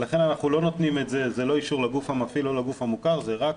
לכן זה לא אישור לגוף המפעיל או לגוף המוכר, זה רק